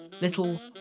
little